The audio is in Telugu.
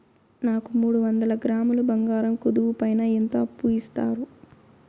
నాకు మూడు వందల గ్రాములు బంగారం కుదువు పైన ఎంత అప్పు ఇస్తారు?